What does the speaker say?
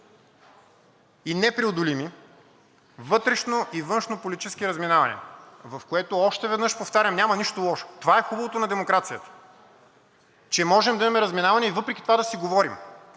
и непреодолими вътрешно- и външнополитически разминавания, в което, още веднъж повтарям, няма нищо лошо. Това е хубавото на демокрацията, че можем да имаме разминавания и въпреки това да си говорим.